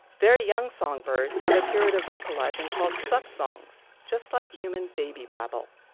very young songbirds have a period of vocalizing called subsongs, just like human baby babble.